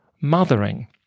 mothering